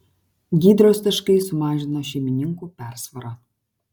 gydros taškai sumažino šeimininkų persvarą